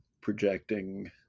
projecting